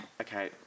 Okay